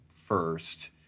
first